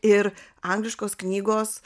ir angliškos knygos